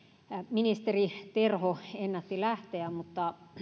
ministeri terho ennätti lähteä mutta